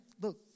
look